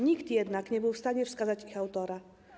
Nikt jednak nie był w stanie wskazać ich autora.